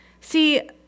See